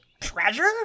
treasure